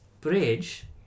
bridge